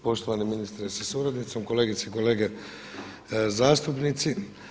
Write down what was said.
Poštovani ministre sa suradnicom, kolegice i kolege zastupnici.